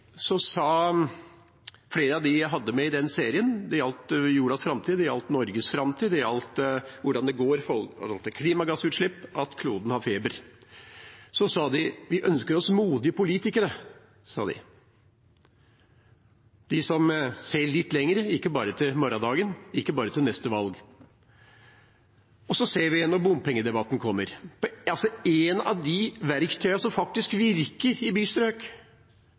det gjaldt jordas framtid, det gjaldt Norges framtid, det gjaldt hvordan det går med klimagassutslippene, at kloden har feber – husker jeg at flere av dem jeg hadde med i serien, sa at de ønsket seg modige politikere, de som ser litt lenger, ikke bare til morgendagen, ikke bare til neste valg. Når så bompengedebatten kommer, ser vi igjen at når det gjelder et av de verktøyene som faktisk virker i bystrøk,